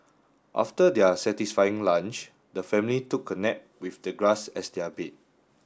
after their satisfying lunch the family took a nap with the grass as their bed